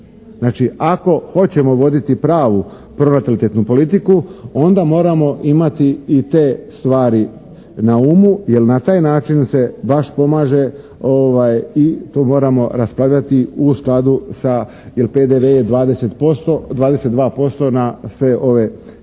Znači ako hoćemo voditi pravu pronatalitetnu politiku onda moramo imati i te stvari na umu jer na taj način se baš pomaže i tu moramo raspravljati u skladu sa jel' PDV-e je 22% na sve ove situacije